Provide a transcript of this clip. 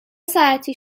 ساعتی